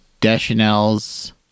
Deschanel's